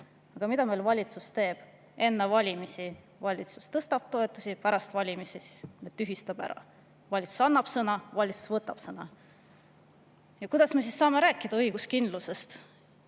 Aga mida meil valitsus teeb? Enne valimisi valitsus tõstab toetusi, pärast valimisi tühistab need. Valitsus annab sõna, valitsus võtab sõna. Kuidas me saame siis rääkida õiguskindlusest?